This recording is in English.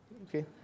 Okay